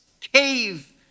cave